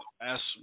ask